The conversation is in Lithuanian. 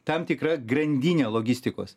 tam tikra grandinė logistikos